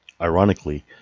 Ironically